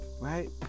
right